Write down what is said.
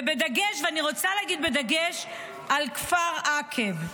אני רוצה להגיד: בדגש על כפר עקב,